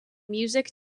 music